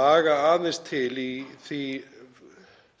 laga aðeins til í því